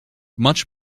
much